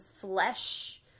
flesh